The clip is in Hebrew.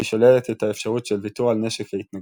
והיא שוללת את האפשרות של ויתור על "נשק ההתנגדות".